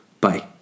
bye